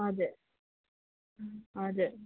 हजुर हजुर